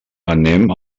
anem